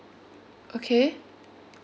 okay